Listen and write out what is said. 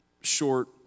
short